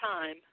time